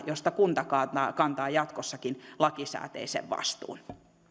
josta kunta kantaa jatkossakin lakisääteisen vastuun